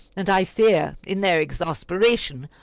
and i fear, in their exasperation,